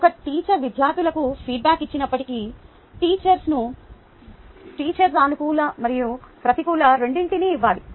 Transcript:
ఒక టీచర్ విద్యార్థులకు ఫీడ్బ్యాక్ ఇచ్చినప్పటికీ టీచర్ సానుకూల మరియు ప్రతికూల రెండింటినీ ఇవ్వాలి